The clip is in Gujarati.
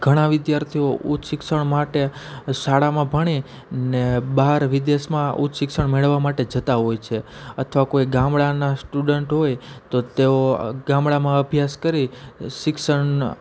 ઘણા વિદ્યાર્થીઓ ઉચ્ચ શિક્ષણ માટે શાળામાં ભણી ને બહાર વિદેશમાં ઉચ્ચ શિક્ષણ મેળવવા માટે જતાં હોય છે અથવા કોઈ ગામડાંના સ્ટુડન્ટ હોય તો તેઓ ગામડામાં અભ્યાસ કરી શિક્ષણ